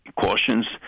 cautions